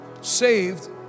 saved